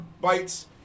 bites